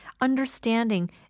understanding